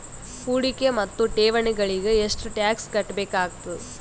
ಹೂಡಿಕೆ ಮತ್ತು ಠೇವಣಿಗಳಿಗ ಎಷ್ಟ ಟಾಕ್ಸ್ ಕಟ್ಟಬೇಕಾಗತದ?